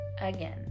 again